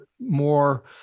more